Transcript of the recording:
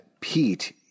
Pete